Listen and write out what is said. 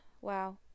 Wow